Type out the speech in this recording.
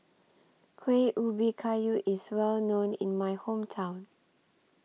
Kueh Ubi Kayu IS Well known in My Hometown